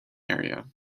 area